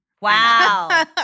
Wow